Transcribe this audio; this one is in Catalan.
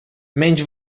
menys